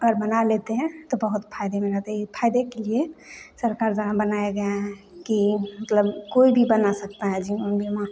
और बना लेते हैं तो बहुत फायदे में रहते हैं यह फायदे के लिए सरकार द्वारा बनाया गया है की मतलब कोई भी बन सकता है जीवन बीमा